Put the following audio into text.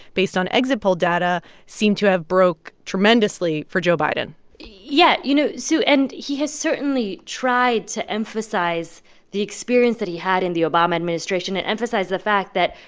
based on exit poll data, seem to have broke tremendously for joe biden yeah. you know, sue and he has certainly tried to emphasize the experience that he had in the obama administration and emphasize the fact that,